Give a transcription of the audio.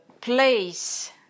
place